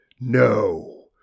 No